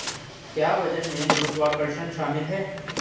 क्या वजन में गुरुत्वाकर्षण शामिल है?